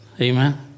Amen